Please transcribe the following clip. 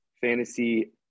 fantasy